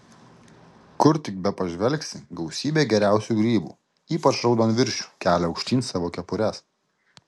kur tik bepažvelgsi gausybė geriausių grybų ypač raudonviršių kelia aukštyn savo kepures